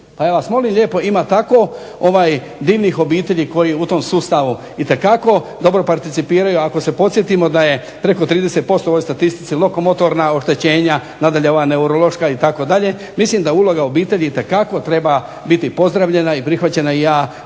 pa vas molim lijepo ima tako divnih obitelji koji u tom sustavu itekako dobro participiraju. Ako se podsjetimo da je preko 30% u ovoj statistici lokomotorna oštećenja, nadalje ova neurološka itd. mislim da uloga obitelji itekako biti pozdravljena i prihvaćena. Ja